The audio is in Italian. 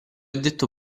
detto